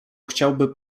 chciałby